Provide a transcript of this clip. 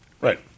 Right